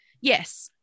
Yes